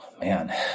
Man